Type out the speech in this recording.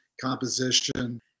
composition